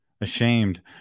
Ashamed